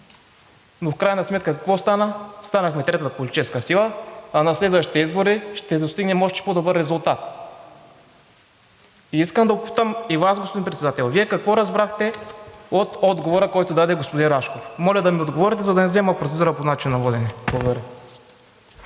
но в крайна сметка какво стана? Станахме трета политическа сила, а на следващите избори ще достигнем още по добър резултат. И искам да попитам и Вас, господин Председател, Вие какво разбрахте от отговора, който даде господин Рашков? Моля да ми отговорите, за да не взема процедура по начина на водене. Благодаря.